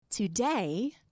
Today